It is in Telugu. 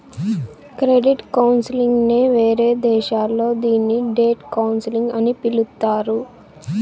క్రెడిట్ కౌన్సిలింగ్ నే వేరే దేశాల్లో దీన్ని డెట్ కౌన్సిలింగ్ అని పిలుత్తారు